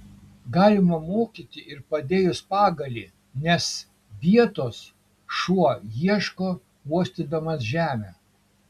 galima mokyti ir padėjus pagalį nes vietos šuo ieško uostydamas žemę